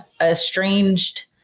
estranged